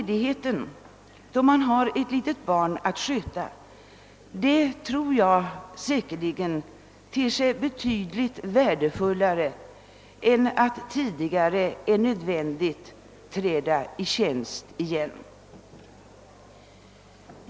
Då man har ett litet barn att sköta, ter sig ledigheten säkerligen betydligt värdefullare än att träda i tjänst i förtid.